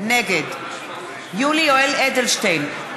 יולי יואל אדלשטיין,